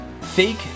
fake